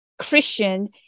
Christian